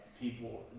people